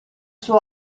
suo